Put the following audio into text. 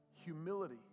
humility